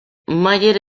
mayer